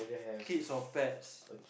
kids or pets